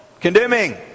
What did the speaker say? Condemning